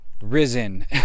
risen